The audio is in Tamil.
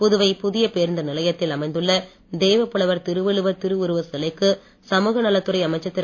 புதுவை புதிய பேருந்து நிலையத்தில் அமைந்துள்ள தெய்வப்புலவர் திருவள்ளுவர் திருவுருவச் சிலைக்கு சமுகநலத்துறை அமைச்சர் திரு